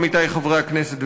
עמיתי חברי הכנסת,